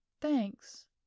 Thanks